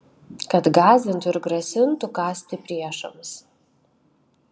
kad gąsdintų ir grasintų kąsti priešams